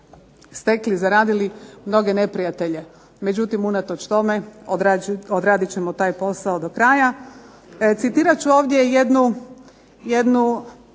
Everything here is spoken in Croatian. stekli, zaradili mnoge neprijatelje. Međutim, unatoč tome odradit ćemo taj posao do kraja. Citirat ću ovdje i jednu